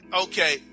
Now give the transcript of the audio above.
Okay